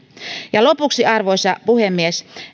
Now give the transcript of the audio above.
ja lopuksi arvoisa puhemies